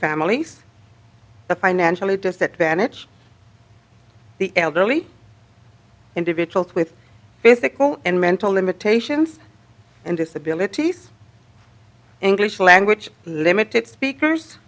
families the financially disadvantaged the elderly individuals with physical and mental limitations and disabilities english language limited speakers